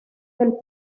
del